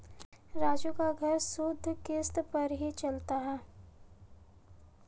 राजू का घर सुधि किश्ती पर ही चलता है